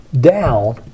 down